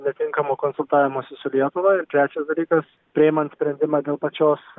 netinkamo konsultavimosi su lietuva ir trečias dalykas priimant sprendimą dėl pačios